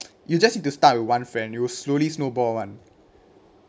you just need to start with one friend it will slowly snowball [one]